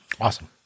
Awesome